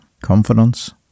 confidence